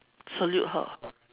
salute her